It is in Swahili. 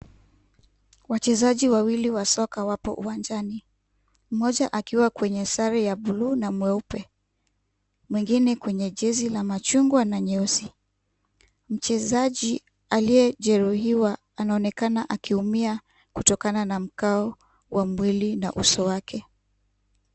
Wachezaji wawili wa soka wapo uwanjani, mmoja akiwa kwenye sare ya buluu na mweupe, mwengine kwenye jezi la machungwa na nyeusi , mchezeji aliyejeruhiwa anaonekana akiumia kutokana na mkao wa mwili na uso wake.